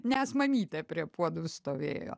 nes mamytė prie puodų stovėjo